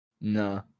No